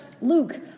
Luke